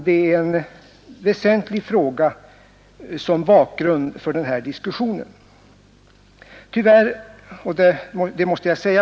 Det är en väsentlig fråga som bakgrund till den här diskussionen.